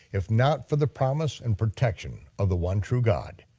if not for the promise and protection of the one true god,